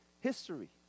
history